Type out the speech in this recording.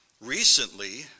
recently